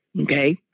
Okay